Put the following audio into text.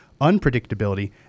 unpredictability